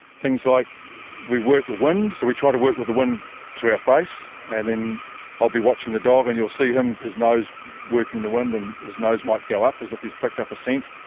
things like we work the wind, so we try to work with the wind to our face, and then i'll be watching the dog and you'll see his nose working the wind and his nose might go up as if he's picked up a scent,